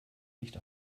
nicht